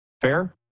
Fair